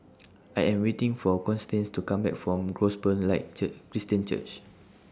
I Am waiting For Constance to Come Back from Gospel Light Cheer Christian Church